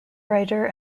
writer